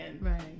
Right